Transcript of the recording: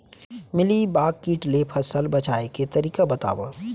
Mealybug किट ले फसल बचाए के तरीका बतावव?